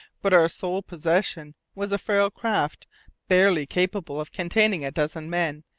but our sole possession was a frail craft barely capable of containing a dozen men,